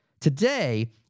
Today